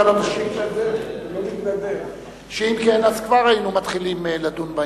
כי אם כן, כבר היינו מתחילים לדון בעניין.